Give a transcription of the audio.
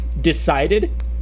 decided